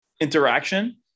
interaction